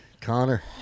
Connor